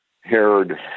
haired